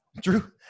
Drew